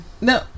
no